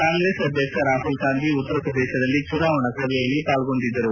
ಕಾಂಗ್ರೆಸ್ ಅಧ್ಯಕ್ಷ ರಾಹುಲ್ ಗಾಂಧಿ ಉತ್ತರ ಪ್ರದೇಶದಲ್ಲಿ ಚುನಾವಣಾ ಸಭೆಯಲ್ಲಿ ಪಾಲ್ಗೊಂಡಿದ್ದರು